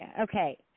Okay